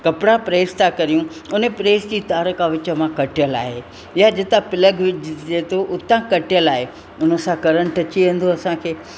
कपिड़ा प्रेस था करियूं उन प्रेस जी तार का विच मां का कटियलु आहे या जितां प्लग विझिजे उतां कटियलु आहे उन सां करंट अची वेंदो असांखे